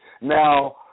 Now